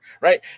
right